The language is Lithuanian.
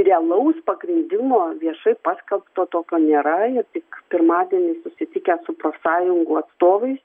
realaus pagrindimo viešai paskelbto tokio nėra ir tik pirmadienį susitikę su profsąjungų atstovais